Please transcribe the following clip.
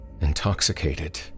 Intoxicated